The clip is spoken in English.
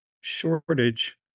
shortage